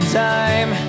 time